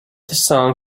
song